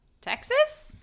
Texas